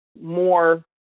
more